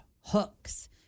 hooks